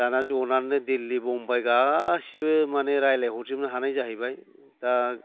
दाना ज'नानैनो दिल्लि मुम्बाइ गासैबो माने रायज्लाय हरजोबनो हानाय जाहैबाय दा